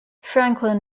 franklin